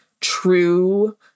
true